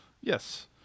Yes